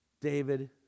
David